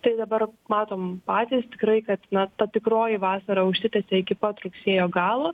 tai dabar matom patys tikrai kad ne ta tikroji vasara užsitęsė iki pat rugsėjo galo